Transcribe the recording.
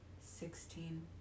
sixteen